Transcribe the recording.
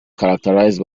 characterised